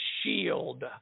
shield